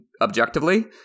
objectively